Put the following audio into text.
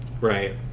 Right